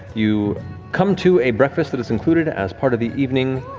you come to a breakfast that is included as part of the evening.